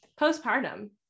Postpartum